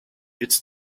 it’s